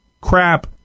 crap